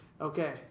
Okay